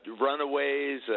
runaways